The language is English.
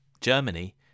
Germany